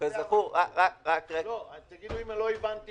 האם הבנתי נכון?